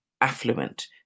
affluent